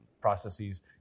processes